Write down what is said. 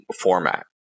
format